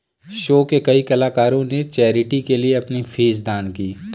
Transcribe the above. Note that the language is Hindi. शो के कई कलाकारों ने चैरिटी के लिए अपनी फीस दान की